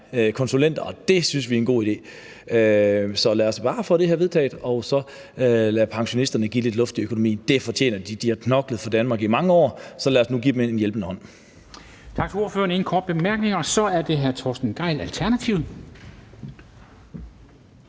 konsulenter, og det synes vi er en god idé. Så lad os bare få det her vedtaget og så give pensionisterne lidt luft i økonomien. Det fortjener de. De har knoklet for Danmark i mange år. Så lad os nu give dem en hjælpende hånd.